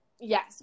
yes